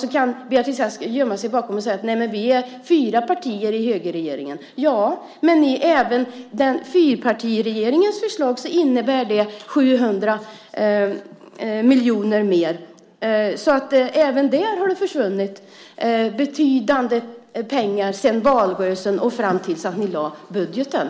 Så kan Beatrice Ask gömma sig bakom att säga: Vi är fyra partier i högerregeringen. Ja, men även i fyrpartiregeringens förslag innebär det 700 miljoner mer. Även där har det försvunnit betydande pengar från valrörelsen fram tills att ni lade fram budgeten.